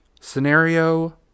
Scenario